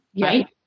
right